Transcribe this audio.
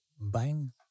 bang